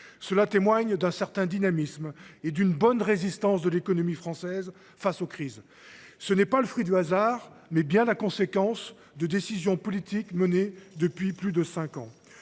Cela témoigne d’un certain dynamisme et d’une bonne résistance de l’économie française face aux crises. Cette situation est non pas le fruit du hasard, mais bien la conséquence de décisions politiques prises depuis plus de cinq ans.